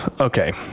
okay